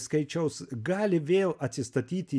skaičiaus gali vėl atsistatyti